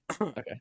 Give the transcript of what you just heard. okay